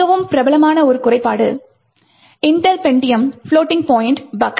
மிகவும் பிரபலமான ஒரு குறைபாடு Intel Pentium's floating point buck